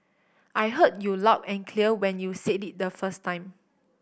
I heard you loud and clear when you said it the first time